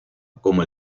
como